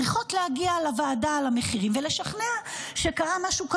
צריכות להגיע לוועדה למחירים ולשכנע שקרה משהו כלכלי,